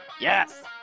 Yes